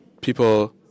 people